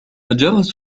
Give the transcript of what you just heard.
جرس